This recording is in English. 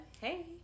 hey